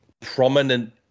prominent